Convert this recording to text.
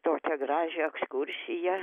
tokią gražią ekskursiją